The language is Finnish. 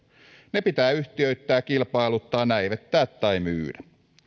ne pitää yhtiöittää kilpailuttaa näivettää tai myydä